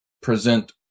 present